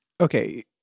okay